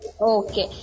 Okay